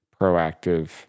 proactive